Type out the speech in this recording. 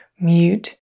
mute